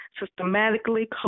systematically